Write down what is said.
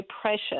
precious